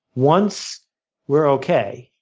once we're okay,